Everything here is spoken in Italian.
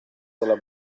della